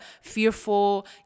fearful